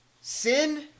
Sin